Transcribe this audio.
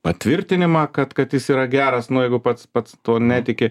patvirtinimą kad kad jis yra geras nu jeigu pats pats tuo netiki